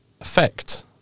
effect